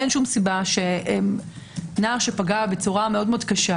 אין שום סיבה שנער שפגע בצורה מאוד מאוד קשה,